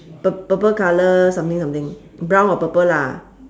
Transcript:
purp~ purple colour something something brown or purple lah